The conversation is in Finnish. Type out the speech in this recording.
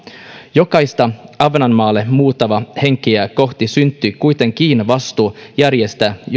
jokaista ahvenanmaalle muuttavaa henkeä kohti syntyy kuitenkin vastuu järjestää